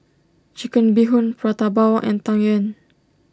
Chicken Bee Hoon Prata Bawang and Tang Yuen